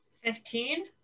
Fifteen